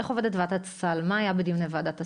עובדת ועדת הסל ומה היה בדיוני ועדת הסל.